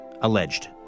alleged